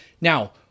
Now